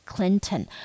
Clinton